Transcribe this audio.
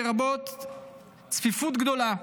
לרבות צפיפות גדולה,